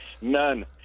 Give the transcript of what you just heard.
None